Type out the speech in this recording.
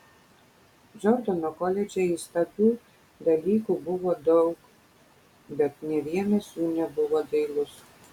džordano koledže įstabių dalykų buvo daug bet nė vienas jų nebuvo dailus